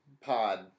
pod